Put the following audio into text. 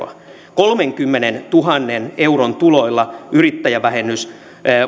kolmekymmentätuhatta euroa kolmenkymmenentuhannen euron tuloilla yrittäjävähennys